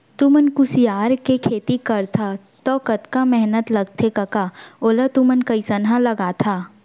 तुमन कुसियार के खेती करथा तौ कतका मेहनत लगथे कका ओला तुमन कइसना लगाथा